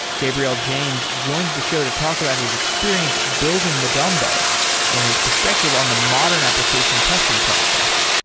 gabriel-james joins the show to talk about his experience building madumbo and his perspective on the modern application testing process.